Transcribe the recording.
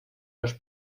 los